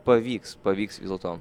pavyks pavyks vis dėlto